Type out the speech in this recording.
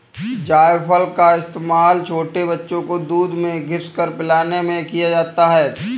जायफल का इस्तेमाल छोटे बच्चों को दूध में घिस कर पिलाने में किया जाता है